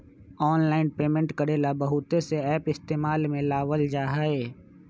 online payment करे ला बहुत से एप इस्तेमाल में लावल जा हई